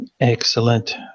Excellent